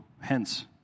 hence